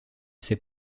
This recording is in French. ces